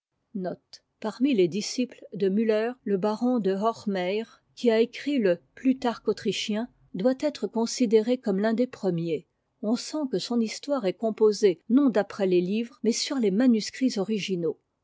écrit e plutarque autrichien doit être considéra comme l'ùn des premiers on sent que son histoire est composée non d'après tes livres mais sur les manuscrits originaux